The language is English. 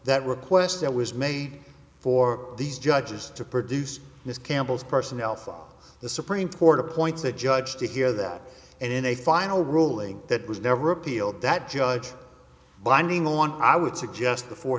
that request that was made for these judges to produce this campbell's personnel file the supreme court appoints a judge to hear that and in a final ruling that was never repealed that judge binding on i would suggest before